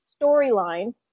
storyline